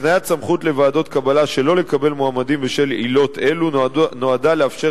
הקניית סמכות לוועדות קבלה שלא לקבל מועמדים בשל עילות אלו נועדה לאפשר